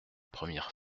premières